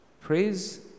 Praise